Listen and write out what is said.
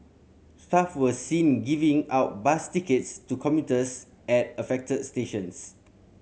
staff were seen giving out bus tickets to commuters at affected stations